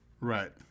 right